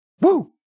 Woo